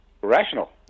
rational